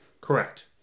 Correct